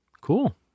Cool